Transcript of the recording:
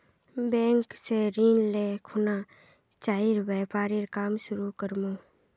bank स ऋण ले खुना चाइर व्यापारेर काम शुरू कर मु